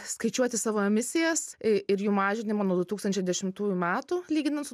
skaičiuoti savo emisijas ir jų mažinimą nuo du tūkstančiai dešimtųjų metų lyginant su